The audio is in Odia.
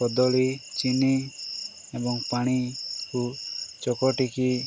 କଦଳୀ ଚିନି ଏବଂ ପାଣିକୁ ଚକଟିକି